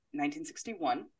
1961